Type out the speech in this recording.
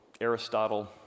Aristotle